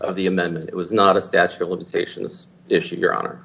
of the amended it was not a statute of limitations issue your honor